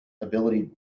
ability